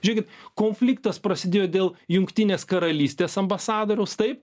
žiūrėkit konfliktas prasidėjo dėl jungtinės karalystės ambasadoriaus taip